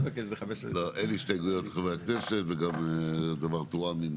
אין הסתייגויות לחברי הכנסת וגם הדבר תואם גם